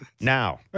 Now